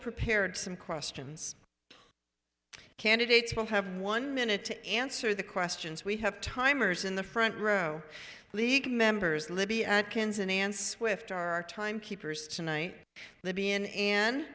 prepared some questions candidates will have one minute to answer the questions we have timers in the front row league members libby atkinson and swift are time keepers tonight libyan an